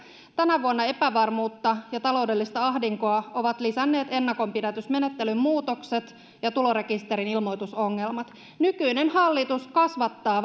tänä vuonna epävarmuutta ja taloudellista ahdinkoa ovat lisänneet ennakonpidätysmenettelyn muutokset ja tulorekisterin ilmoitusongelmat nykyinen hallitus kasvattaa